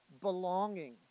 belonging